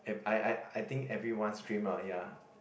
I I I think everyone's dream ah ya